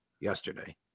yesterday